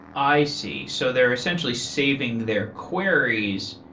i see. so they're essentially saving their queries,